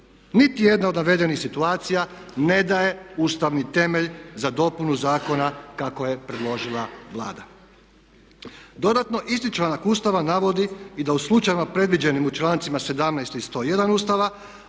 Nitijedna od navedenih situacija ne daje ustavni temelj za dopunu zakona kako je predložila Vlada. Dodatno, isti članak Ustava navodi i da u slučajevima predviđenim u člancima 17. i 101. Ustava